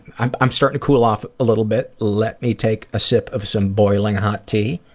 i'm i'm starting to cool off a little bit. let me take a sip of some boiling hot tea.